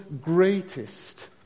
greatest